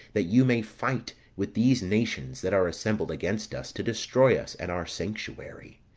that you may fight with these nations that are assembled against us to destroy us and our sanctuary.